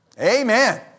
Amen